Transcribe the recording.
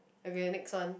embryonics one